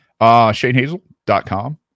ShaneHazel.com